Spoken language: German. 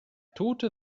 tote